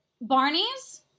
Barney's